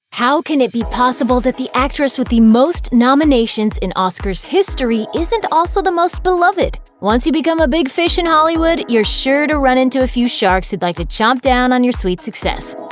how can it be possible that the actress with the most nominations in oscars history isn't also the most beloved? once you become a big fish in hollywood, you're sure to run into a few sharks who'd like to chomp down on your sweet success.